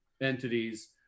entities